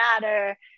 Matter